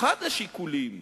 אחד השיקולים